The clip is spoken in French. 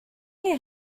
les